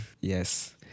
Yes